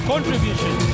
contribution